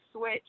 switch